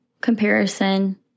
comparison